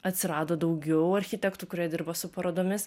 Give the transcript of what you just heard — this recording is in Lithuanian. atsirado daugiau architektų kurie dirba su parodomis